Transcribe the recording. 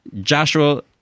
Joshua